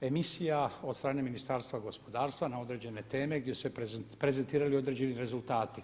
emisija od strane Ministarstva gospodarstva na određene teme gdje su se prezentirali određeni rezultati.